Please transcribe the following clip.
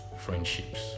friendships